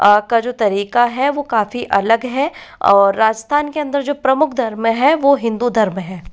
का जो तरीका है वो काफ़ी अलग है और राजस्थान के अंदर जो प्रमुख धर्म है वो हिंदू धर्म है